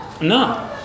No